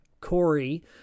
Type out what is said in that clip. Corey